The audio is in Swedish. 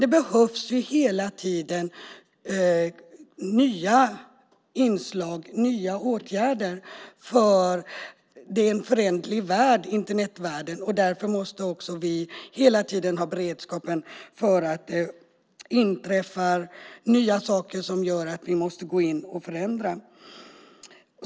Det behövs dock hela tiden nya inslag och nya åtgärder, för Internetvärlden är en föränderlig värld. Därför måste vi hela tiden ha beredskap för att det inträffar nya saker som gör att vi måste gå in och förändra.